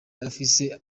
afise